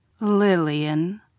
Lillian